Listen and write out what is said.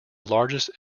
largest